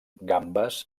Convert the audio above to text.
gambes